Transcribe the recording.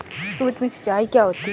सुक्ष्म सिंचाई क्या होती है?